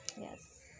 yes